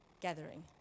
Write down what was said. gathering